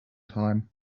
time